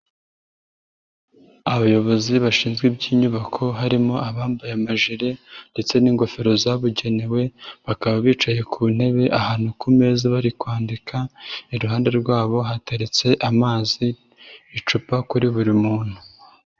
Abayobozi bashinzwe iby'inyubako harimo abambaye amajere ndetse n'ingofero zabugenewe, bakaba bicaye ku ntebe ahantu ku meza bari kwandika, iruhande rwabo hateretse amazi icupa kuri buri muntu.